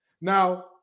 Now